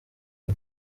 ubu